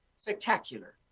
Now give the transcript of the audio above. spectacular